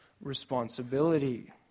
responsibility